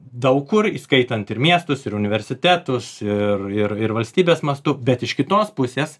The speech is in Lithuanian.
daug kur įskaitant ir miestus ir universitetus ir ir ir valstybės mastu bet iš kitos pusės